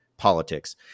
politics